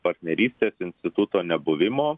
partnerystės instituto nebuvimo